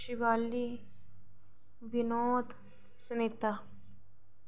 Shivali Vinod Sunita